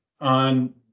on